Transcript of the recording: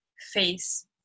face